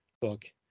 book